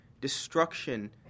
destruction